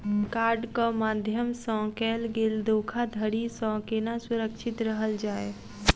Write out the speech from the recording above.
कार्डक माध्यम सँ कैल गेल धोखाधड़ी सँ केना सुरक्षित रहल जाए?